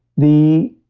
the